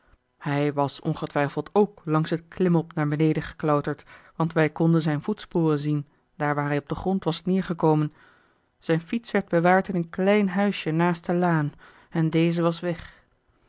hij was ongetwijfeld ook langs het klimop naar beneden geklauterd want wij konden zijn voetsporen zien daar waar hij op den grond was neergekomen zijn fiets werd bewaard in een klein huisje naast de laan en deze was weg